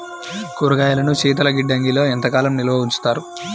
కూరగాయలను శీతలగిడ్డంగిలో ఎంత కాలం నిల్వ ఉంచుతారు?